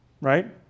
right